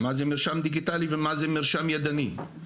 מה זה מרשם דיגיטלי ומה זה מרשם ידני.